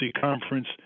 Conference